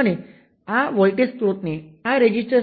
અને 1 પ્રાઇમ સાથે